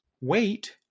Wait